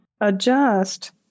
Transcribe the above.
adjust